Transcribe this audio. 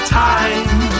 time